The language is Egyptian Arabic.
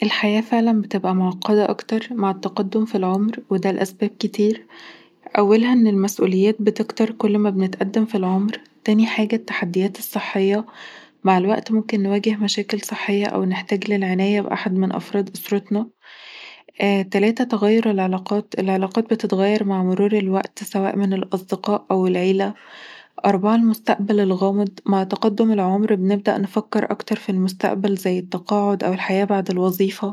الحياة فعلاً بتبقى معقدة أكتر مع التقدم في العمر وده لأسباب كتير أولها ان المسؤليات بتكتر كل ما بنتقدم في العمر تاني حاجه التحديات الصحية مع الوقت ممكن نواجه مشاكل صحية أو نحتاج للعناية بأحد من أفراد أسرتنا، تلاته تغير العلاقات، العلاقات بتتغير مع مرور الوقت، سواء من الأصدقاء أو العيله، اربعه المستقبل الغامض مع تقدم العمر، بنبدأ نفكر أكتر في المستقبل، زي التقاعد أو الحياة بعد الوظيفة